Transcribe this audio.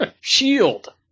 Shield